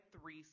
three